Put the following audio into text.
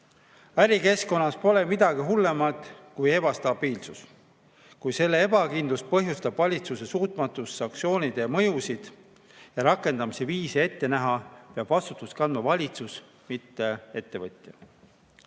Ärikeskkonnas pole midagi hullemat kui ebastabiilsus. Kui selle ebakindluse põhjustab valitsuse suutmatus sanktsioonide mõjusid ja rakendamise viisi ette näha, peab vastutust kandma valitsus, mitte ettevõtjad.